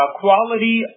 quality